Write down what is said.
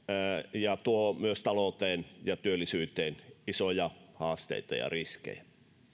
ja tuo myös talouteen ja työllisyyteen isoja haasteita ja riskejä